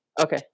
Okay